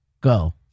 go